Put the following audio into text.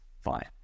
Fine